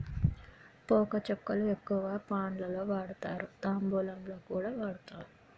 పోక వక్కలు ఎక్కువగా పాన్ లలో వాడుతారు, తాంబూలంలో కూడా వాడుతారు